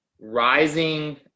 rising